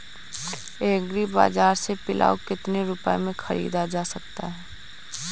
Agree बाजार से पिलाऊ कितनी रुपये में ख़रीदा जा सकता है?